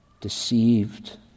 deceived